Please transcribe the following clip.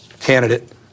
candidate